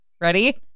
Ready